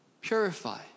purify